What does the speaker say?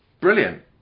Brilliant